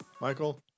michael